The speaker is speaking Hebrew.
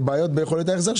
בעיות ביכולת ההחזר שלו.